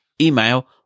email